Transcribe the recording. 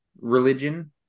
religion